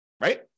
Right